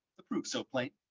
the proof so plain,